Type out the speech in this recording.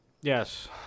Yes